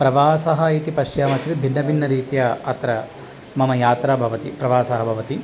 प्रवासः इति पश्यामः चेत् भिन्नभिन्नरीत्या अत्र मम यात्रा भवति प्रवासः भवति